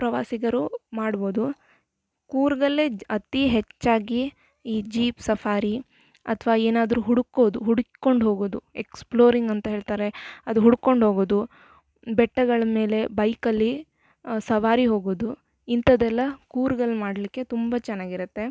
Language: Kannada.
ಪ್ರವಾಸಿಗರು ಮಾಡ್ಬೋದು ಕೂರ್ಗ್ ಅಲ್ಲೇ ಅತಿ ಹೆಚ್ಚಾಗಿ ಈ ಜೀಪ್ ಸಫಾರಿ ಅಥ್ವಾ ಏನಾದರೂ ಹುಡ್ಕೋದು ಹುಡ್ಕೊಂಡು ಹೋಗೋದು ಎಕ್ಸ್ಪ್ಲೋರಿಂಗ್ ಅಂತ ಹೇಳ್ತಾರೆ ಅದು ಹುಡ್ಕೊಂಡು ಹೇಗೋದು ಬೆಟ್ಟಗಳ ಮೇಲೆ ಬೈಕಲ್ಲಿ ಸವಾರಿ ಹೋಗೊದು ಇಂಥದೆಲ್ಲ ಕೂರ್ಗಲ್ಲಿ ಮಾಡಲಿಕ್ಕೆ ತುಂಬ ಚೆನಾಗಿರುತ್ತೆ